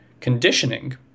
conditioning